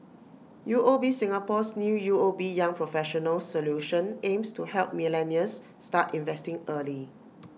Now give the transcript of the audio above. U O B Singapore's new U O B young professionals solution aims to help millennials start investing early